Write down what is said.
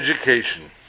education